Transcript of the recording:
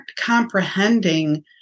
comprehending